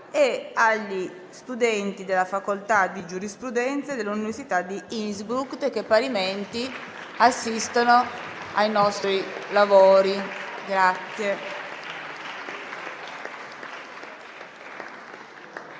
gli studenti della facoltà di giurisprudenza dell'Università di Innsbruck, che parimenti assistono ai nostri lavori.